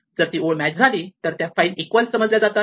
जर ती ओळ मॅच झाली तर त्या फाइल्स इक्वल समजल्या जातात